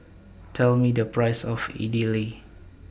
Tell Me The Price of Idili